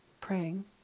praying